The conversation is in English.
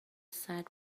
side